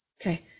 Okay